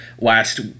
last